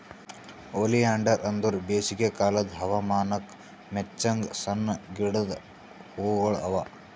oleander ಅಂದುರ್ ಬೇಸಿಗೆ ಕಾಲದ್ ಹವಾಮಾನಕ್ ಮೆಚ್ಚಂಗ್ ಸಣ್ಣ ಗಿಡದ್ ಹೂಗೊಳ್ ಅವಾ